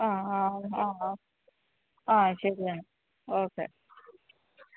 ആ ആ ആ ആ ആ ശരി ആ ഓക്കെ